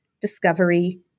discovery